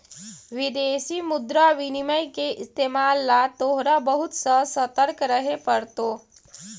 विदेशी मुद्रा विनिमय के इस्तेमाल ला तोहरा बहुत ससतर्क रहे पड़तो